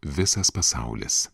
visas pasaulis